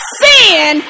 sin